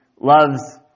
loves